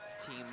team